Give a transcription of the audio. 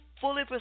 fully